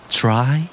try